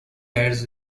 ads